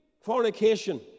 fornication